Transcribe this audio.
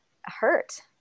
hurt